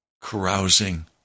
Carousing